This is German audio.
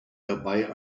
dabei